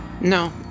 No